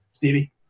Stevie